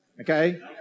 okay